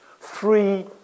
three